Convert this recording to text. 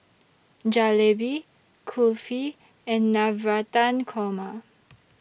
Jalebi Kulfi and Navratan Korma